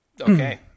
Okay